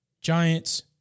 Giants